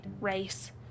race